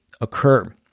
occur